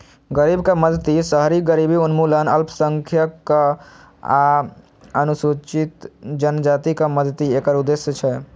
गरीबक मदति, शहरी गरीबी उन्मूलन, अल्पसंख्यक आ अनुसूचित जातिक मदति एकर उद्देश्य छै